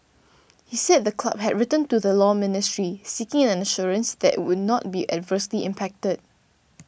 he said the club had written to the Law Ministry seeking an assurance that it would not be adversely impacted